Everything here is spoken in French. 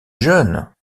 jeunes